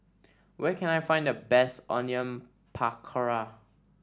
where can I find the best Onion Pakora